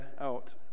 out